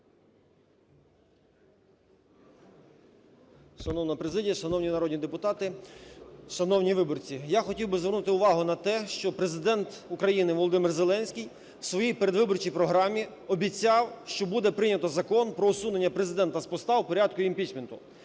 Шановна президія! Шановні народні депутати! Шановні виборці! Я хотів би звернути увагу на те, що Президент України Володимир Зеленський в своїй передвиборчій програмі обіцяв, що буде прийнято закон про усунення Президента з поста в порядку імпічменту.